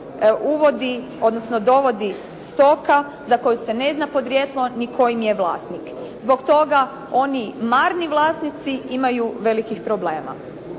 uvodi, odnosno dovodi stoka za koju se ne zna podrijetlo ni tko im je vlasnik. Zbog toga oni marni vlasnici imaju velikih problema.